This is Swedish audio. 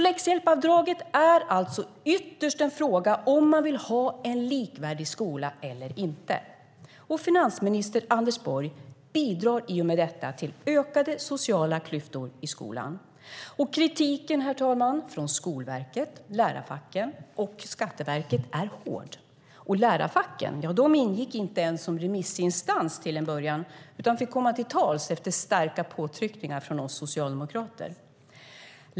Läxhjälpsavdraget är alltså ytterst en fråga om huruvida man vill ha en likvärdig skola eller inte. Finansminister Anders Borg bidrar i och med detta till ökade sociala klyftor i skolan. Herr talman! Kritiken från Skolverket, lärarfacken och Skatteverket är hård. Lärarfacken ingick inte ens som remissinstans till att börja med utan fick komma till tals efter starka påtryckningar från oss socialdemokrater.